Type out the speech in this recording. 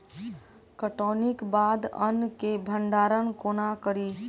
कटौनीक बाद अन्न केँ भंडारण कोना करी?